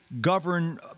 govern